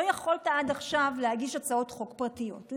יכולת עד עכשיו להגיש הצעות חוק פרטיות.